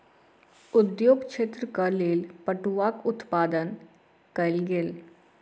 उद्योग क्षेत्रक लेल पटुआक उत्पादन कयल गेल